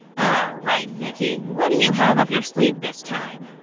alright vicky, what do you have up your sleeve this time?